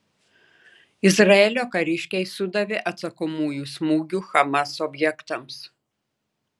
izraelio kariškiai sudavė atsakomųjų smūgių hamas objektams